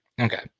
Okay